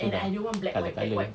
tu dah colour colour